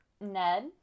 Ned